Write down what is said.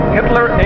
Hitler